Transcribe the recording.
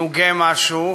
נוגה משהו,